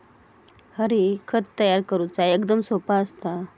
हरी, खत तयार करुचा एकदम सोप्पा असता